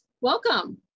Welcome